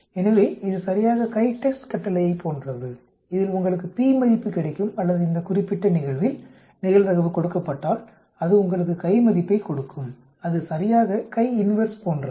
எனவே இது சரியாக CHI TEST கட்டளையைப் போன்றது இதில் உங்களுக்கு p மதிப்பு கிடைக்கும் அல்லது இந்த குறிப்பிட்ட நிகழ்வில் நிகழ்தகவு கொடுக்கப்பட்டால் அது உங்களுக்குக் கை மதிப்பைக் கொடுக்கும் அது சரியாக CHI INVERSE போன்றது